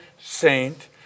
saint